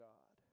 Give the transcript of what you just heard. God